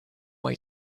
way